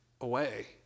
away